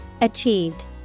Achieved